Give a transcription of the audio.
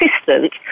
assistant